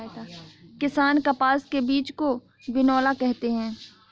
किसान कपास के बीज को बिनौला कहते है